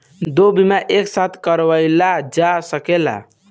दो बीमा एक साथ करवाईल जा सकेला?